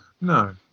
No